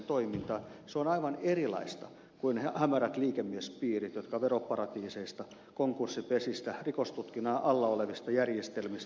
se on aivan erilaista kuin hämärät liikemiespiirit jotka veroparatiiseista konkurssipesistä rikostutkinnan alla olevista järjestelmistä